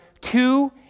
two